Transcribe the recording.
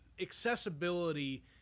accessibility